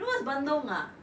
you know what's bandung ah